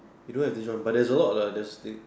you don't have these one but there is a lot a that's the thing